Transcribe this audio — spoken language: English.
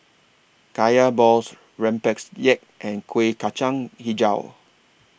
Kaya Balls Rempeyek and Kuih Kacang Hijau